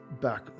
back